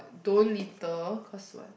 don't litter cause what